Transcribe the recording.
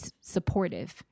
supportive